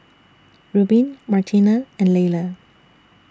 Rubin Martina and Laylah